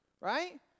Right